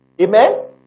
Amen